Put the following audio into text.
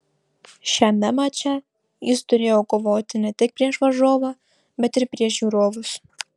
šiame mače jis turėjo kovoti ne tik prieš varžovą bet ir prieš žiūrovus